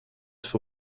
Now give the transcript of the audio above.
for